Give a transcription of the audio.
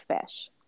fish